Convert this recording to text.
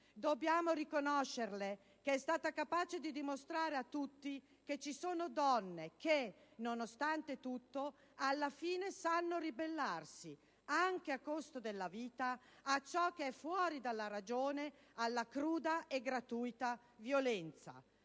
Dobbiamo riconoscerle che è stata capace di dimostrare a tutti che ci sono donne che, nonostante tutto, alla fine sanno ribellarsi, anche a costo della vita, a ciò che è fuori dalla ragione, alla cruda e gratuita violenza.